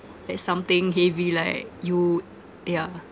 that's something heavy like you yeah